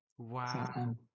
Wow